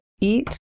eat